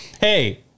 hey